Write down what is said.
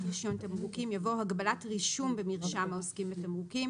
רישיון תמרוקים" יבוא "הגבלת רישום במרשם העוסקים בתמרוקים"